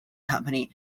company